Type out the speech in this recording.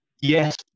yes